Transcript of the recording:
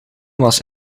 was